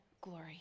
glory